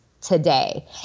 today